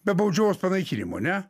be baudžiavos panaikinimo ne